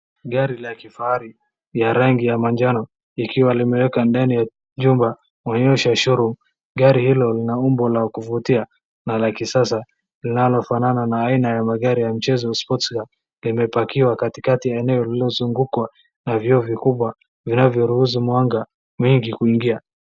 Gari la kifahari ya rangi ya manjano likiwa limewekwa ndani ya jumba ya maonyesho show room , gari hilo lina umbo la kuvutia na la kisasa linalofanana na aina ya magari ya mchezo sports car limepakiwa katikati ya maeneo lililozungukwa na vioo vikubwa vinavyoruhusu mwanga mingi kuingia.